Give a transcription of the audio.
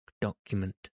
document